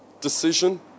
decision